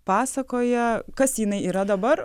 pasakoja kas jinai yra dabar